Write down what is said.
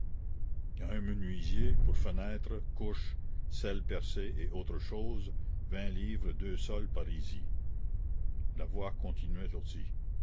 à un menuisier pour fenêtres couches selle percée et autres choses vingt livres deux sols parisis la voix continuait aussi